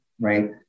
right